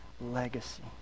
legacy